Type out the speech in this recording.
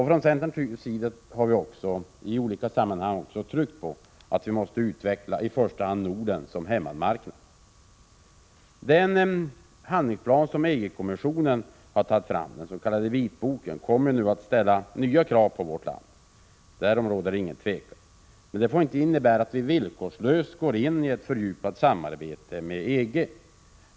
Från centern har vi i olika sammanhang också tryckt på att vi måste utveckla i första hand Norden som hemmamarknad. Den handlingsplan som EG-kommissionen har tagit fram, den s.k. vitboken, kommer nu att ställa nya krav på vårt land. Därom råder inga tvivel. Men det får inte innebära att vi villkorslöst går in i ett fördjupat samarbete med EG.